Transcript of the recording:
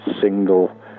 single